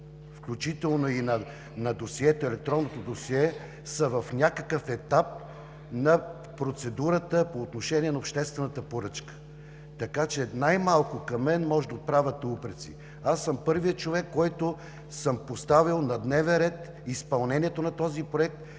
включително и на електронното досие, са в някакъв етап на процедурата по отношение на обществената поръчка. Така че най-малко към мен можете да отправяте упреци. Аз съм първият човек, който съм поставил на дневен ред изпълнението на този проект,